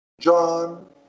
John